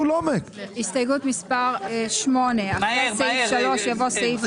הסתייגות מספר 8. "אחרי סעיף 3 יבוא סעיף